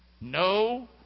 No